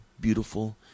beautiful